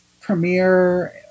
premiere